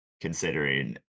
considering